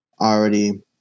already